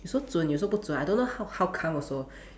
有时候准有时候不准 I don't how how come also